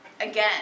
Again